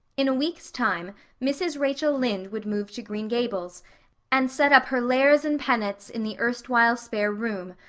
in a week's time mrs. rachel lynde would move to green gables and set up her lares and penates in the erstwhile spare room,